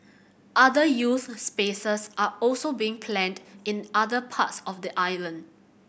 other youth spaces are also being planned in other parts of the island